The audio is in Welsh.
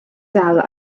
dal